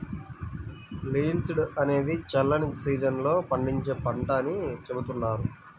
linseed అనేది చల్లని season లో పండించే పంట అని చెబుతున్నారు